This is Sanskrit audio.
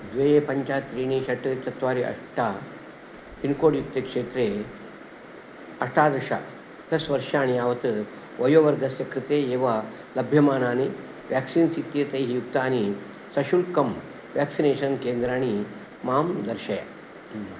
द्वे पञ्च त्रीणि षट् चत्वारि अष्ट पिन्कोड् युक्ते क्षेत्रे अष्टादश प्लस् वर्षाणि यावत् वयोवर्गस्य कृते एव लभ्यमानानि व्याक्सीन्स् इत्येतैः युक्तानि सशुल्कं व्याक्सिनेशन् केन्द्राणि मां दर्शय